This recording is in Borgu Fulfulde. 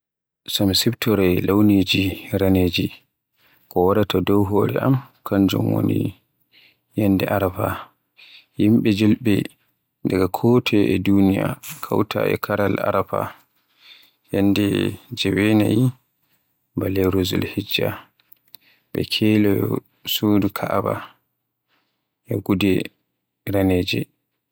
So mi siftoroy launiji raneji ko waraata dow hore am kanjum woni ñyande Arafa. Yimɓe julɓe daga kotoye e Duniya kawta e laaral Arafa, ñyande jewenayi ba lewru Zulhijja. Ɓe keloyo suudu Ka'aba e gude raneeje.